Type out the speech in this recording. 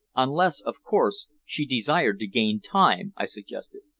unless, of course, she desired to gain time, i suggested.